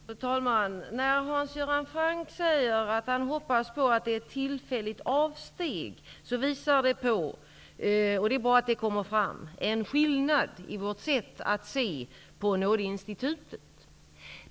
Fru talman! När Hans Göran Franck säger att han hoppas att det är ett tillfälligt avsteg visar det, och det är bra att det kommer fram, en skillnad i vårt sätt att se på nådeinstitutet.